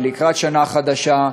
ולקראת שנה חדשה,